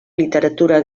literatura